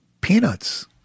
peanuts